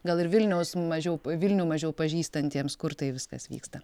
gal ir vilniaus mažiau vilnių mažiau pažįstantiems kur tai viskas vyksta